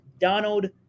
Donald